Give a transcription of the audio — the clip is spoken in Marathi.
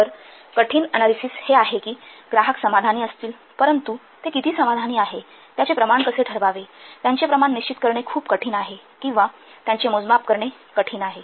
तर कठीण अनालिसिस हे आहे कि ग्राहक समाधानी असतील परंतु ते किती समाधानी आहे त्याचे प्रमाण कसे ठरवावे त्यांचे प्रमाण निश्चित करणे खूप कठीण आहे किंवा त्यांचे मोजमाप करणे कठीण आहे